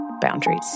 Boundaries